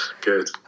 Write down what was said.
Good